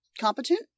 competent